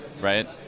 right